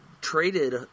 traded